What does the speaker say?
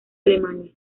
alemania